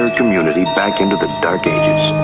ah community back into the dark ages